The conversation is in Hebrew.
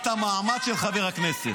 הכנסת מירב בן ארי.